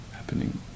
happening